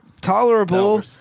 Tolerable